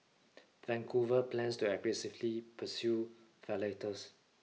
Vancouver plans to aggressively pursue violators